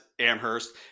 Amherst